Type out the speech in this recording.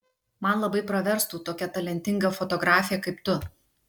man labai praverstų tokia talentinga fotografė kaip tu